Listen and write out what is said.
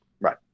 Right